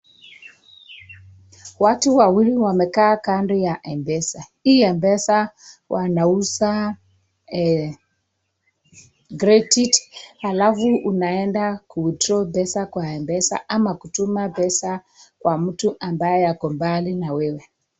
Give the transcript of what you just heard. Watu wawili wamekaa kando ya Mpesa . Hii Mpesa wanauza credit,(cs), alafu unaenda kuwithdrawal,(cs), pesa kwa Mpesa ama kutuma pesa kwa mtu ambaye ako mbali na wewe.